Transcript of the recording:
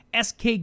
SK